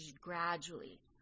gradually